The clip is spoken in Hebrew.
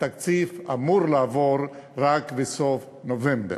התקציב אמור לעבור רק בסוף נובמבר.